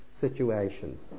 situations